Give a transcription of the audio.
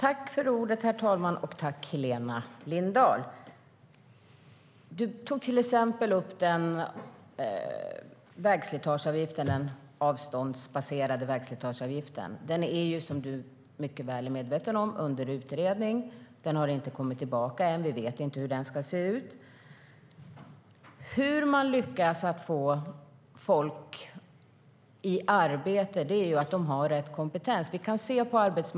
Herr ålderspresident! Du tog upp den avståndsbaserade vägslitageavgiften som exempel, Helena Lindahl. Som du mycket väl är medveten om är den under utredning. Utredningen är ännu inte klar, så vi vet ju inte hur vägslitageavgiften ska se ut. Hur man ska lyckas få folk i arbete handlar ju om rätt kompetens.